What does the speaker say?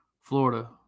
Florida